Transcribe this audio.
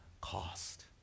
cost